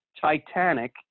Titanic